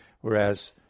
whereas